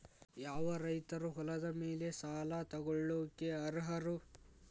ಯಾವ ರೈತರು ಹೊಲದ ಮೇಲೆ ಸಾಲ ತಗೊಳ್ಳೋಕೆ ಅರ್ಹರು?